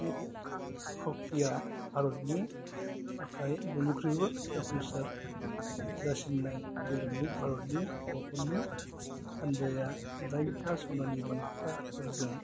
field हॉकीया भारतनि थाखाय बयनिख्रुयबो जाफुंसार जासिन्नाय गेलेमु भारतनि हौवाफोरनि हानजाया दाइनथा सनानि बान्थाफोरजों